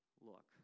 look